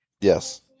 Yes